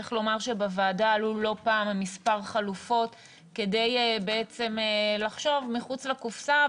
צריך לומר שבוועדה עלו לא פעם מספר חלופות כדי לחשוב מחוץ לקופסה,